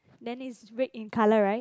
and it's red in color right